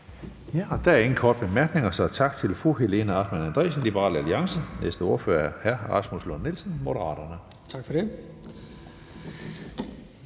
Hønge): Der er ingen korte bemærkninger, så tak til fru Helena Artmann Andresen, Liberal Alliance. Den næste ordfører er hr. Rasmus Lund-Nielsen, Moderaterne. Kl.